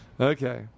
Okay